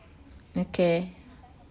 okay